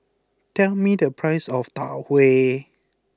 tell me the price of Tau Huay